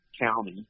county